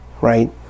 right